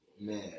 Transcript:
man